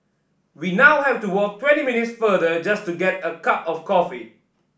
we now have to walk twenty minutes farther just to get a cup of coffee